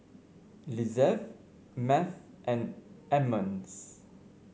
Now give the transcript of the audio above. Lizeth Math and Emmons